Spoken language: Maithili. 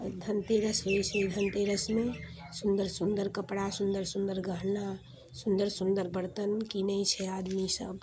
धनतेरस होइ छै धनतेरसमे सुन्दर सुन्दर कपड़ा सुन्दर सुन्दर गहना सुन्दर सुन्दर बर्तन कीनय छै आदमी सब